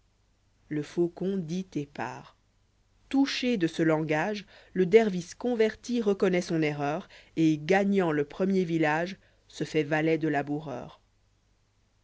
le faucon dit et part touché de ce langage le dervis converti reconnpît son erreur et gagnant le premier village se fait valet de